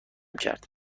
کرد